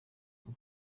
mubi